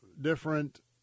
different